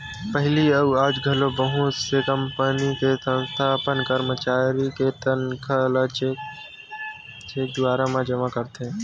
पहिली अउ आज घलो बहुत से कंपनी ते संस्था ह अपन करमचारी के तनखा ल चेक के दुवारा जमा करथे